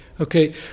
Okay